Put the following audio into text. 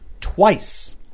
Twice